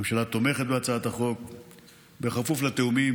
הממשלה תומכת בהצעת החוק בכפוף לתיאומים